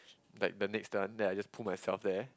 like the next one then I just pull myself there